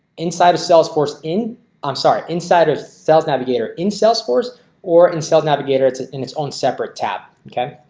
inside of salesforce in i'm sorry inside of cells navigator in salesforce or in sales navigator. it's in its own separate tab. okay,